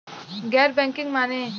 गैर बैंकिंग माने?